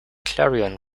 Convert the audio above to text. clarion